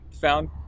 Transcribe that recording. found